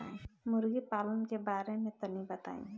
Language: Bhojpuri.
मुर्गी पालन के बारे में तनी बताई?